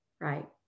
right